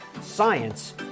science